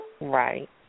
Right